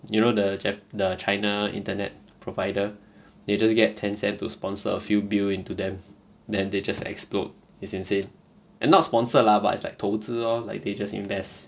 you know the the china internet provider they just get tencent to sponsor a few bill into them then they just explode it's insane and not sponsored lah but it's like 投资 lor like they just invest